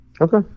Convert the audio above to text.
Okay